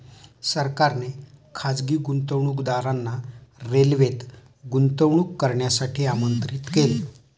सरकारने खासगी गुंतवणूकदारांना रेल्वेत गुंतवणूक करण्यासाठी आमंत्रित केले